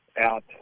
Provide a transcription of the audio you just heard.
out